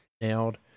nailed